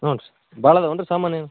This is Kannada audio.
ಹ್ಞೂ ರೀ ಭಾಳ ಇದಾವನ್ರಿ ಸಾಮಾನು